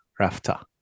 rafta